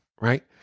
right